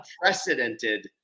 unprecedented